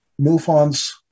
MUFON's